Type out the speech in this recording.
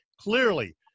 clearly